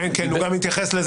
הוא גם התייחס לזה,